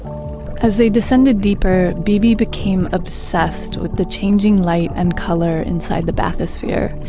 as they descended deeper beebe became obsessed with the changing light and color inside the bathysphere.